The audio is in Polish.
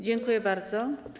Dziękuję bardzo.